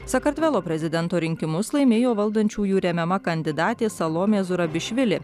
sakartvelo prezidento rinkimus laimėjo valdančiųjų remiama kandidatė salomė zurabišvili